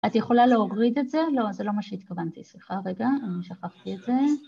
את יכולה להוריד את זה? לא, זה לא מה שהתכוונתי, סליחה רגע, אני שכחתי את זה